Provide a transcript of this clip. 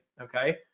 Okay